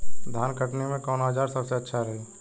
धान कटनी मे कौन औज़ार सबसे अच्छा रही?